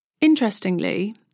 Interestingly